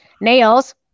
Nails